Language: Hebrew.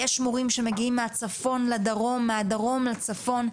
יש מורים שמגיעים מהצפון לדרום, מהדרום לצפון.